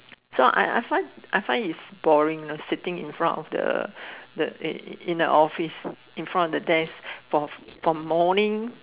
so I I find I find its boring you know sitting in front of the the in a office in front of the desk from morning